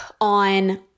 on